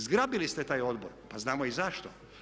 Zgrabili ste taj odbor, pa znamo i zašto.